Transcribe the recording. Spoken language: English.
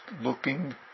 looking